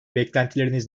beklentileriniz